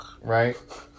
Right